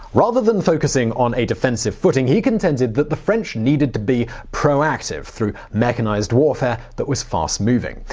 rather than focusing on a defensive footing, he contended that the french needed to be pro-active through mechanized warfare that was fast moving.